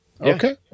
okay